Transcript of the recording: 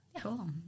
Cool